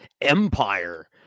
Empire